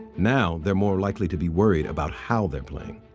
now, they're more likely to be worried about how they're playing.